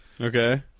Okay